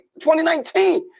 2019